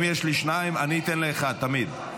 אם יש לי שניים אני אתן לאחד תמיד.